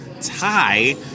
tie